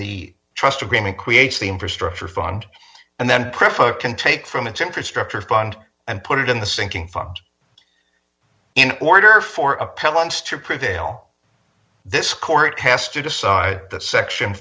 the trust agreement creates the infrastructure fund and then prep a can take from its infrastructure fund and put it in the sinking fund in order for appellants to prevail this court has to decide that section